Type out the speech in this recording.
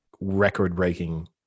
record-breaking